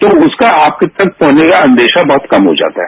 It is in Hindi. तो उसका आप तक पहंचने का अंदेशा बहुत कम हो जाता है